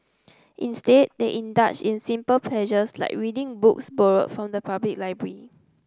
instead they indulge in simple pleasures like reading books borrowed from the public library